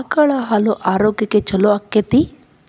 ಆಕಳ ಹಾಲು ಆರೋಗ್ಯಕ್ಕೆ ಛಲೋ ಆಕ್ಕೆತಿ?